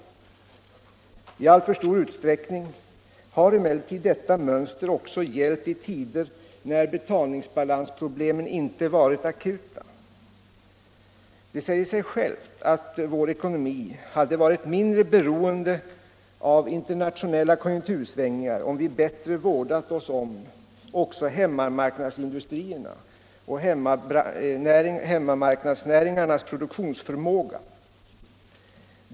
I alltför stor utsträckning har emellertid detta mönster också gällt i tider när betalningsproblemen inte varit akuta. Det säger sig självt att vår ekonomi hade varit mindre beroende av internationella konjunktursvängningar om vi bättre vårdat oss om också hemmamarknadsindustrins och hemmamarknadsnäringarnas produktionsförmåga.